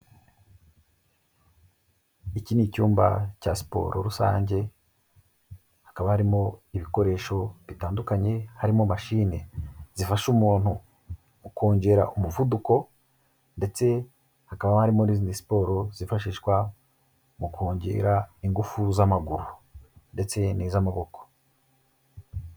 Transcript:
Iki ni icyumba cya siporo rusange, hakaba harimo ibikoresho bitandukanye, harimo mashine zifasha umuntu mu kongera umuvuduko ndetse hakaba harimo n'izindi siporo zifashishwa mu kongera ingufu z'amaguru ndetse n'iz'amaboko.